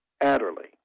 Adderley